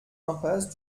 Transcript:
impasse